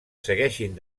segueixin